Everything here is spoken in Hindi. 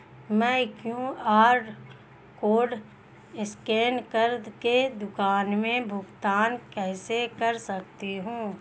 मैं क्यू.आर कॉड स्कैन कर के दुकान में भुगतान कैसे कर सकती हूँ?